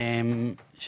הכי קצרה,